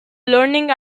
learning